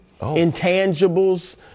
intangibles